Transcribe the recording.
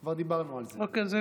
כבר דיברנו על זה.